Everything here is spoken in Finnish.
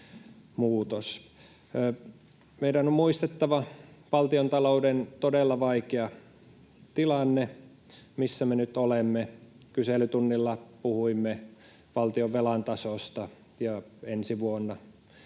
Meidän on muistettava se valtiontalouden todella vaikea tilanne, missä me nyt olemme. Kyselytunnilla puhuimme valtionvelan tasosta, ja ensi vuonna joudumme